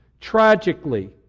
tragically